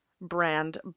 brand